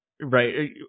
Right